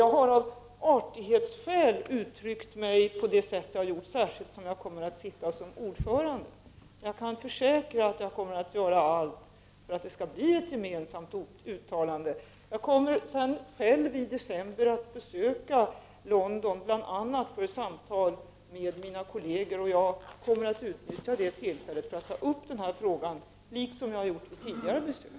Jag har av artighetsskäl uttryckt mig på det sätt som jag har gjort, särskilt som jag själv kommer att sitta som ordförande. Jag kan emellertid försäkra att jag kommer att göra allt för att det skall bli ett gemensamt uttalande. I december kommer jag sedan själv att besöka London, bl.a. för samtal med mina kolleger, och jag kommer naturligtvis att utnyttja tillfället för att ta upp den här frågan, liksom jag har gjort vid tidigare besök.